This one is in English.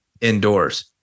indoors